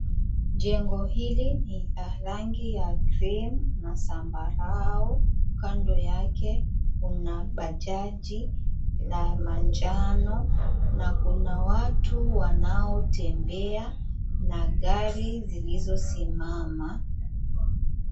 Jengo hili ni la rangi ya green na zambarau bkando yake kuna bajaji la manjano. Na kuna watu wanaotembea, na gari zilizosimama.